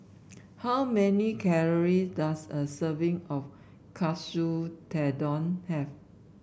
how many calories does a serving of Katsu Tendon have